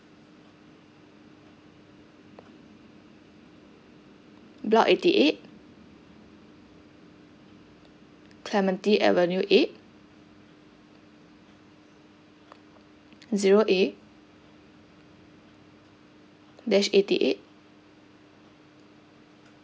block eighty eight clementi avenue eight zero eight dash eighty eight